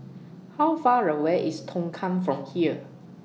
How Far away IS Tongkang from here